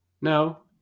no